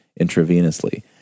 intravenously